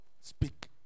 speak